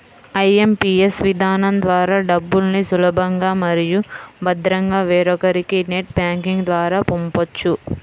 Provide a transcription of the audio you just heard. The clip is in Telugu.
ఐ.ఎం.పీ.ఎస్ విధానం ద్వారా డబ్బుల్ని సులభంగా మరియు భద్రంగా వేరొకరికి నెట్ బ్యాంకింగ్ ద్వారా పంపొచ్చు